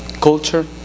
culture